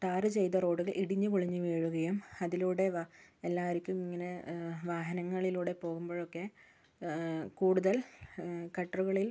tar ചെയ്ത റോഡുകൾ ഇടിഞ്ഞു പൊളിഞ്ഞു വീഴുകയും അതിലൂടെ എല്ലാവർക്കും ഇങ്ങനെ വാഹനങ്ങളിലൂടെ പോകുമ്പോഴൊക്കെ കൂടുതൽ ഗട്ടറുകളിൽ